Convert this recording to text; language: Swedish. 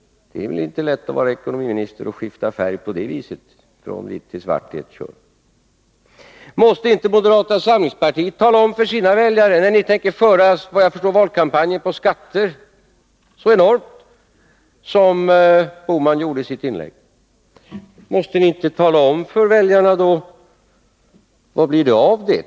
Det är väl inte lätt att vara ekonomiminister och skifta färg på det viset från vitt till svart i ett kör. Måste inte moderata samlingspartiet tala om för sina väljare hur det ställer sig till skattereformen? Såvitt jag förstår tänker ni föra en enorm valkampanj ifråga om skatterna — det tycker jag framgick av vad Gösta Bohman sade i sitt inlägg.